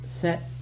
set